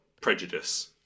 prejudice